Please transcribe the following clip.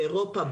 באירופה,